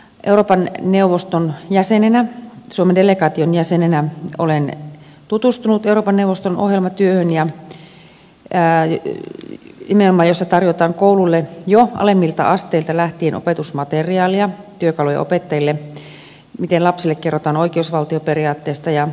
euroopan neuvoston jäsenenä suomen delegaation jäsenenä olen tutustunut euroopan neuvoston ohjelmatyöhön ja nimenomaan siihen missä tarjotaan kouluille jo alemmilta asteilta lähtien opetusmateriaalia työkaluja opettajille miten lapsille kerrotaan oikeusvaltioperiaatteesta ja ihmisoikeusasioista